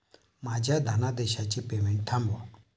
माझ्या धनादेशाचे पेमेंट थांबवा